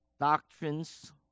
doctrines